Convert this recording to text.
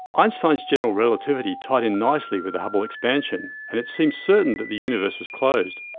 einstein's general relativity tied in nicely with the hubble expansion, and it seemed certain that the universe was closed,